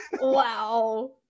Wow